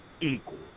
equal